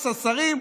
18 שרים,